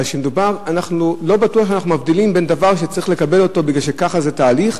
לא בטוח שאנחנו מבדילים בין דבר שצריך לקבל אותו מפני שכך התהליך,